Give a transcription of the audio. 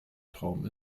traum